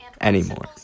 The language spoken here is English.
anymore